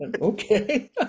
Okay